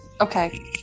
Okay